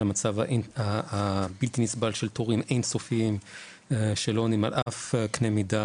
על המצב הבלתי נסבל של תורים אין סופיים שלא עונים על אף קנה מידה,